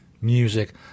music